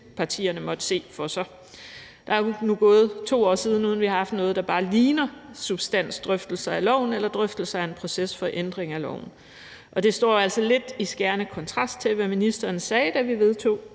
partierne måtte se for sig. Der er nu gået 2 år, uden at vi har haft noget, der bare ligner substansdrøftelser af loven eller drøftelser af en proces for ændring af loven. Og det står altså i skærende kontrast til, hvad ministeren sagde, da vi vedtog